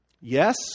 Yes